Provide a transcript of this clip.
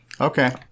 Okay